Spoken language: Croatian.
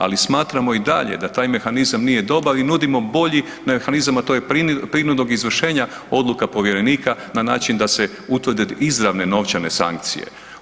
Ali smatramo i dalje da taj mehanizam nije dobar i nudimo bolji mehanizam, a to je prinudnog izvršenja odluka povjerenika na način da se utvrde izravne novčane sankcije.